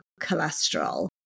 cholesterol